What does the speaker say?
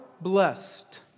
blessed